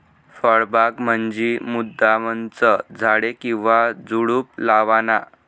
फळबाग म्हंजी मुद्दामचं झाडे किंवा झुडुप लावाना